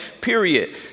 Period